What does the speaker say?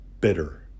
bitter